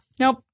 Nope